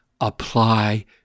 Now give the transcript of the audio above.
apply